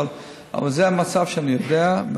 אבל זה המצב שאני יודע עליו.